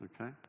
Okay